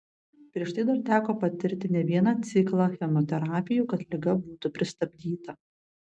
prieš tai dar teko patirti ne vieną ciklą chemoterapijų kad liga būtų pristabdyta